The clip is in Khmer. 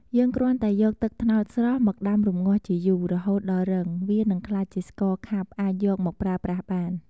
យើងគ្រាន់តែយកទឹកត្នោតស្រស់មកដាំរម្ងាស់ជាយូរ រហូតដល់រីង វានឹងក្លាយជាស្ករខាប់អាចយកមកប្រើប្រាស់បាន។